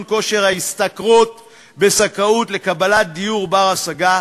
כושר ההשתכרות בזכאות לקבלת דיור בר-השגה,